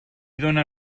dóna